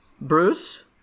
Bruce